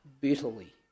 bitterly